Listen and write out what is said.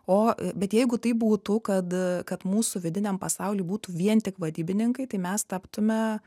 o bet jeigu taip būtų kad kad mūsų vidiniam pasauly būtų vien tik vadybininkai tai mes taptume